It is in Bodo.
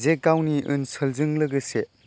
जे गावनि ओनसोलजों लोगोसे